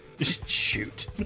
Shoot